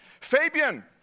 Fabian